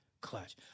clutch